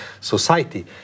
society